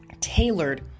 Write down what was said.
tailored